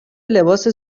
لباس